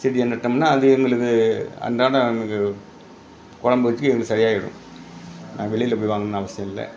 செடியை நட்டோம்ன்னால் அது எங்களுக்கு அன்றாடம் நமக்கு கொழம்பு வச்சுக்க எங்களுக்கு சரியாகிடும் நான் வெளியில் போய் வாங்கணும்னு அவசியம் இல்லை